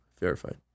verified